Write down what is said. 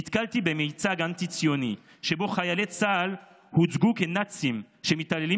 נתקלתי במיצג אנטי-ציוני שבו חיילי צה"ל הוצגו כנאצים שמתעללים